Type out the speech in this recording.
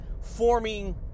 forming